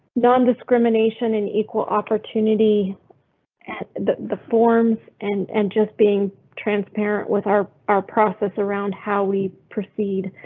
non discrimination in equal opportunity at the the forms and and just being transparent with our our process around how we proceed